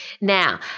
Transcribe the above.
Now